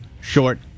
short